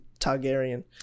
targaryen